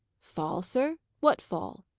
fall, sir! what fall?